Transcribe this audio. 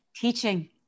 Teaching